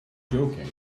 joking